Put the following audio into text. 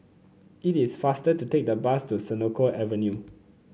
it is faster to take the bus to Senoko Avenue